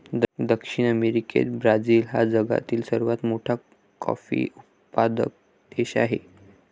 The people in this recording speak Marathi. दक्षिण अमेरिकेत ब्राझील हा जगातील सर्वात मोठा कॉफी उत्पादक देश आहे